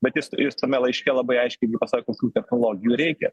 bet jis jis tame laiške labai aiškiai gi pasako kokių technologių reikia